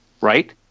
right